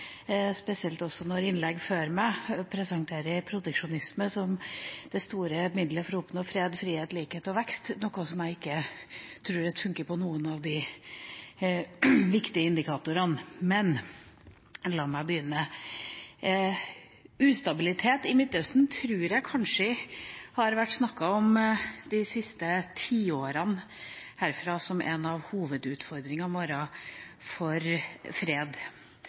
spesielt når innlegg før meg presenterer proteksjonisme som det store middelet for å oppnå fred, frihet, likhet og vekst, noe jeg ikke tror funker på noen av de viktige indikatorene. Men la meg begynne: Ustabilitet i Midtøsten tror jeg kanskje har vært snakket om herfra de siste tiårene som en av hovedutfordringene våre for fred,